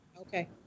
Okay